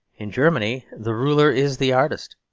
in germany the ruler is the artist,